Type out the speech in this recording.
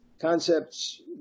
Concepts